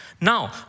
Now